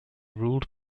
ruled